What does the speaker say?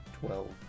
Twelve